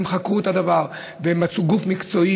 הם חקרו את הדבר, והם מצאו גוף מקצועי.